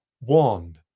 One